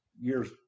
years